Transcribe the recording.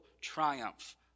triumph